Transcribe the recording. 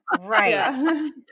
Right